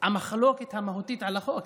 המחלוקת המהותית על החוק,